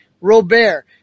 Robert